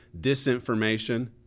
disinformation